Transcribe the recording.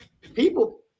people